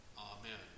Amen